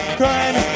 crime